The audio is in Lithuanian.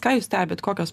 ką jūs stebit kokios